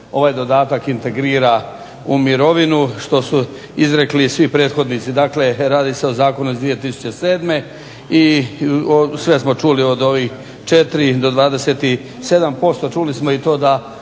ovaj dodatak integrira u mirovinu što su izrekli i svi prethodnici. Dakle radi se o zakonu iz 2007. i sve smo čuli od ovih 4% do 27%, čuli smo i to da